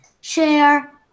share